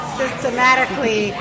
systematically